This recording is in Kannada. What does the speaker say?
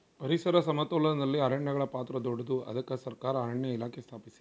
ಪರಿಸರ ಸಮತೋಲನದಲ್ಲಿ ಅರಣ್ಯಗಳ ಪಾತ್ರ ದೊಡ್ಡದು, ಅದಕ್ಕೆ ಸರಕಾರ ಅರಣ್ಯ ಇಲಾಖೆ ಸ್ಥಾಪಿಸಿದೆ